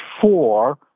four